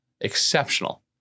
exceptional